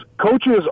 coaches